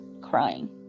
crying